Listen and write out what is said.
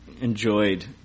enjoyed